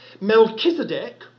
Melchizedek